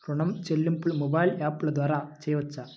ఋణం చెల్లింపు మొబైల్ యాప్ల ద్వార చేయవచ్చా?